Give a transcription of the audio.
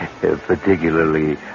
particularly